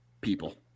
people